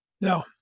Now